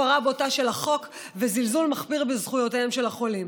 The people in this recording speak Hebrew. הפרה בוטה של החוק וזלזול מחפיר בזכויותיהם של החולים.